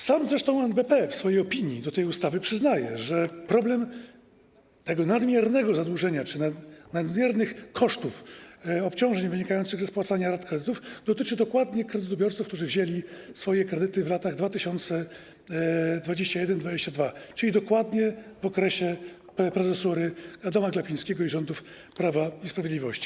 Sam zresztą NBP w swojej opinii do tej ustawy przyznaje, że problem tego nadmiernego zadłużenia czy nadmiernych kosztów obciążeń wynikających ze spłacania rat kredytów dotyczy dokładnie kredytobiorców, którzy wzięli swoje kredyty w latach 2021-2022, czyli dokładnie w okresie prezesury Adama Glapińskiego i rządów Prawa i Sprawiedliwości.